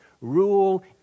rule